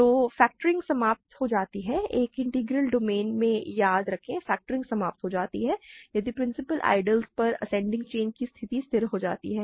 तो फैक्टरिंग समाप्त हो जाती है एक इंटीग्रल डोमेन में याद रखें फैक्टरिंग समाप्त हो जाती है यदि प्रिंसिपल आइडियलस पर असेंडिंग चैन की स्थिति स्थिर हो जाती है